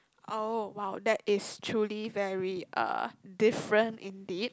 oh !wow! that is truly very uh different indeed